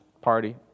party